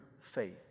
faith